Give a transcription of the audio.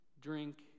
drink